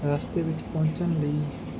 ਰਸਤੇ ਵਿੱਚ ਪਹੁੰਚਣ ਲਈ